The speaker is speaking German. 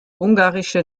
ungarische